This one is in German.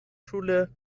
schule